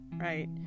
right